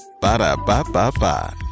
Ba-da-ba-ba-ba